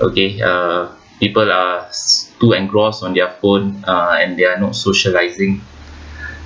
okay uh people are s~ too engrossed on their phones uh and they're not socialising